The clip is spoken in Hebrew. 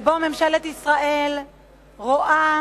שבו ממשלת ישראל רואה